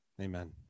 Amen